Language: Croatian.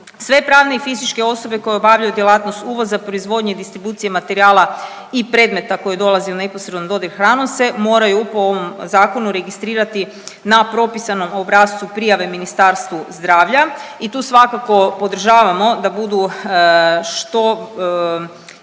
Sve pravne i fizičke osobe koje obavljaju djelatnost uvoza, proizvodnje, distribucije materijala i predmeta koji dolaze u neposredni dodir hranom se moraju, po ovom Zakonu registrirati na propisanom obrascu prijave Ministarstvu zdravlja i tu svakako podržavamo da budu što